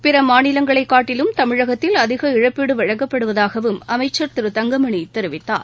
பிற மாநிலங்களைக் காட்டிலும் தமிழகத்தில் அதிக இழப்பீடு வழங்கப்படுவதாகவும் அமைச்சர் திரு தங்கமணி தெரிவித்தார்